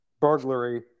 burglary